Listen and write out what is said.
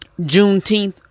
Juneteenth